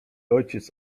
ojciec